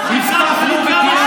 היום פורסמה צמיחה שלילית.